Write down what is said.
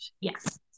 Yes